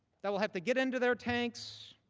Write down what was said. that will have to get into their tanks,